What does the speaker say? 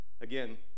again